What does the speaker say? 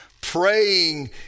praying